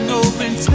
open